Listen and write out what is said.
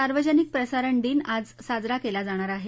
सार्वजनिक प्रसारण दिन आज साजरा केला जाणार आहे